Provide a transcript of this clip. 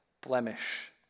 blemish